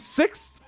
sixth